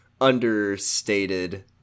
understated